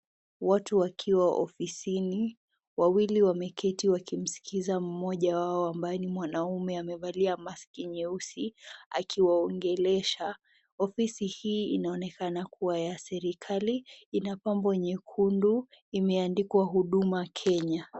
Watu wakiwa ofisini, wawili wameketi wakimskiza mmoja wao ambaye ni mwanaume amevalia mask nyeusi akiwaogelesha. Ofisi hii inaonekana kuwa ya serikali. Ina pambo nyekundu, imeandikwa Huduma Kenya.